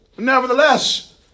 Nevertheless